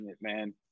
man